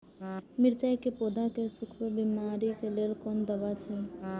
मिरचाई के पौधा के सुखक बिमारी के लेल कोन दवा अछि?